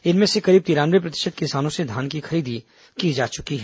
इनमें से करीब तिरानवे प्रतिशत किसानों से धान की खरीदी की जा चुकी है